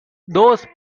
those